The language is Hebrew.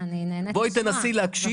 בואי תנסי להקשיב